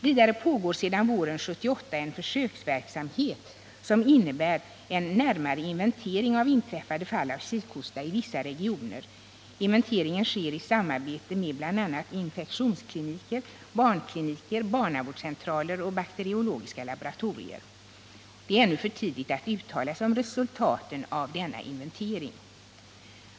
Vidare pågår sedan våren 1978 en försöksverksamhet, som innebär en närmare inventering av inträffade fall av kikhosta i vissa regioner. Inventeringen sker i samarbete med bl.a. infektionskliniker, barnkliniker, barnavårdscentraler och bakteriologiska laboratorier. Det är ännu för tidigt att uttala sig om resultaten av denna inventering.